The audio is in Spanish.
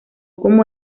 como